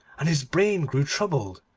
and his brain grew troubled,